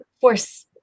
force